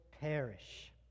perish